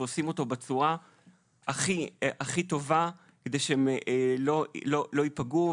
ועושים אותו בצורה הכי טובה כדי שהם לא ייפגעו.